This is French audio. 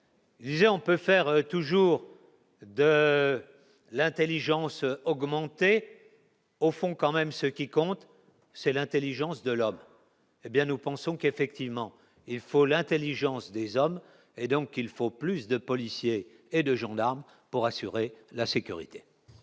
Disait on peut faire toujours de l'Intelligence augmenter, au fond, quand même, ce qui compte c'est l'Intelligence de l'homme, hé bien, nous pensons qu'effectivement, il faut l'Intelligence des hommes, et donc il faut plus de policiers et de gendarmes pour assurer la sécurité.